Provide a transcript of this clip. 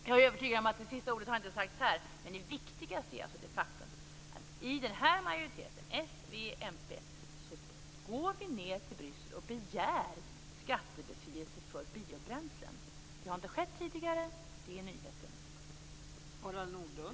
Jag är övertygad om att sista ordet inte har sagts. Men det viktigaste är alltså det faktum att i den här majoriteten, s, v och mp, går vi ned till Bryssel och begär skattebefrielse för biobränslen. Det har inte skett tidigare. Det är nyheten.